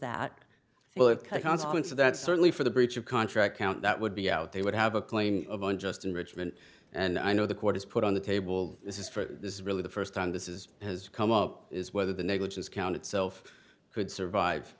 of that certainly for the breach of contract count that would be out they would have a claim of unjust enrichment and i know the court is put on the table this is for this is really the first time this is has come up is whether the negligence count itself could survive